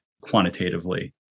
quantitatively